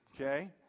okay